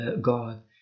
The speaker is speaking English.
God